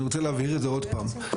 אני רוצה להבהיר את זה עוד פעם.